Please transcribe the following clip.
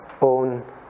own